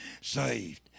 saved